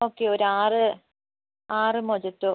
okay ഒരു ആറ് ആറ് മോജിറ്റോ